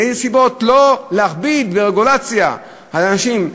מסיבות של לא להכביד ברגולציה על אנשים.